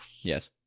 Yes